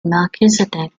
melchizedek